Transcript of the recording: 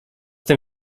tym